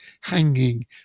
hanging